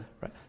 Right